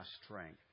strength